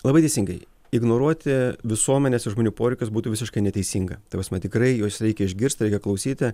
labai teisingai ignoruoti visuomenės ir žmonių poreikius būtų visiškai neteisinga ta prasme tikrai juos reikia išgirsti reikia klausyti